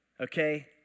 Okay